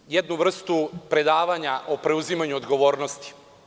Čuli smo jednu vrstu predavanja o preuzimanju odgovornosti.